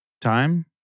time